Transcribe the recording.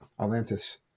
atlantis